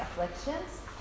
afflictions